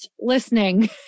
listening